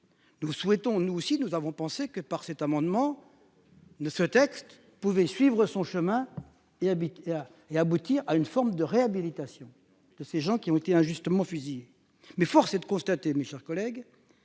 nous aussi nous avons pensé que par cet amendement. Ne ce texte pouvait suivre son chemin et habite et aboutir à une forme de réhabilitation de ces gens qui ont été injustement fusillés. Mais force est de constater, mes chers collègues.